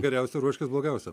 geriausio ruoškis blogiausiam